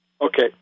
Okay